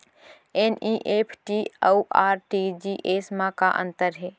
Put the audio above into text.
NEFT अऊ RTGS मा का अंतर हे?